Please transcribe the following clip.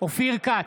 אופיר כץ,